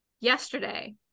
Yesterday